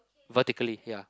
vertically ya